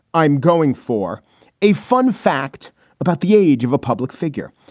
i'm going for a fun fact about the age of a public figure.